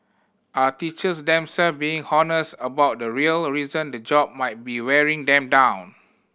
are teachers themselves being honest about the real reason the job might be wearing them down